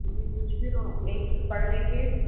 جی کچھ بھی ہو آپ یہیں پہ پڑھ لے کے